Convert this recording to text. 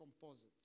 composites